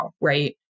right